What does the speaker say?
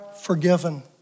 forgiven